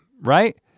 right